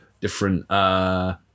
different